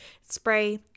spray